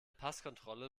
passkontrolle